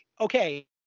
okay